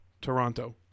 Toronto